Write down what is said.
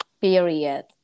period